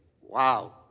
wow